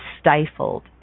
stifled